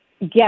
get